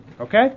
Okay